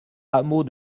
hameau